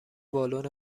بالون